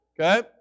Okay